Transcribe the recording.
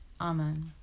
Amen